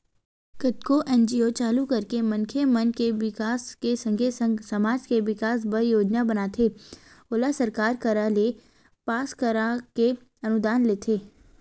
कतको एन.जी.ओ चालू करके मनखे मन के बिकास के संगे संग समाज के बिकास बर योजना बनाथे ओला सरकार करा ले पास कराके अनुदान लेथे